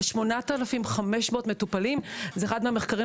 על כ-8,500 מטופלים זהו אחד מהמחקרים